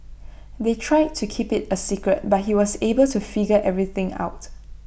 they tried to keep IT A secret but he was able to figure everything out